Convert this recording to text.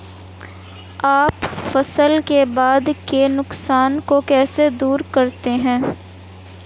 आप फसल के बाद के नुकसान को कैसे दूर करते हैं?